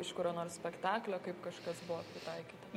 iš kurio nors spektaklio kaip kažkas buvo pritaikyta